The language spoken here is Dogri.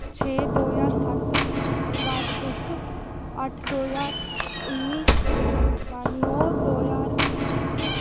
छे दो ज्हार सत्त ओह्दे बाद एक्क अट्ठ दो ज्हार उन्नी ओह्दे बाद नौ दो ज्हार एक्क